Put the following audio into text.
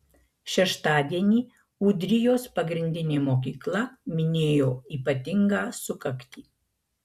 šeštadienį ūdrijos pagrindinė mokykla minėjo ypatingą sukaktį